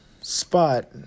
spot